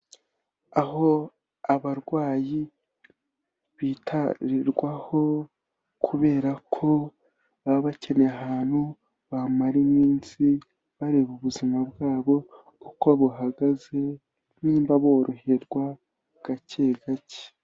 Aho abarwayi bitarwaho kubera ko baba bakeneye ahantu bamara iminsi bareba ubuzima bwabo uko buhagaze; nimba boroherwa gake gake.